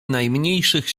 najmniejszych